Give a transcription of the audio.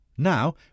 Now